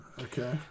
Okay